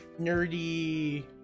nerdy